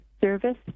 service